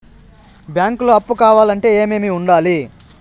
బ్యాంకులో అప్పు కావాలంటే ఏమేమి ఉండాలి?